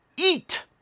Eat